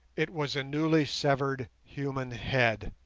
it was a newly severed human head!